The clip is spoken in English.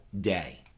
day